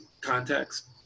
context